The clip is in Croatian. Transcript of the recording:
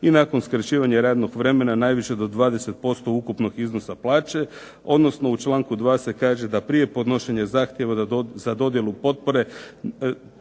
i nakon skraćivanja radnog vremena najviše do 20% ukupnog iznosa plaće", odnosno u čanku 2. se kaže da prije podnošenja zahtjeva za dodjelu potpore